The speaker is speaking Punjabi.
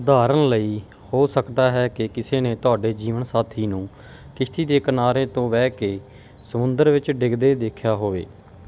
ਉਦਾਹਰਣ ਲਈ ਹੋ ਸਕਦਾ ਹੈ ਕਿ ਕਿਸੇ ਨੇ ਤੁਹਾਡੇ ਜੀਵਨ ਸਾਥੀ ਨੂੰ ਕਿਸ਼ਤੀ ਦੇ ਕਿਨਾਰੇ ਤੋਂ ਵਹਿ ਕੇ ਸਮੁੰਦਰ ਵਿੱਚ ਡਿੱਗਦੇ ਦੇਖਿਆ ਹੋਵੇ